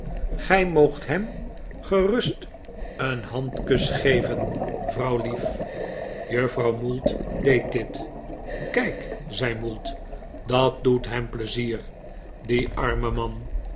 gij moogt hem gerust een handkus geven vrouwlief juffrouw mould deed dit kijk zei mould dat doet hem pleizier die arme man